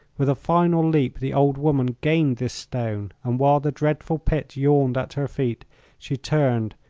with a final leap the old woman gained this stone, and while the dreadful pit yawned at her feet she turned,